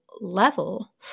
level